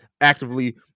actively